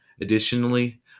Additionally